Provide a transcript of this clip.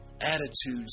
attitudes